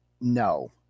No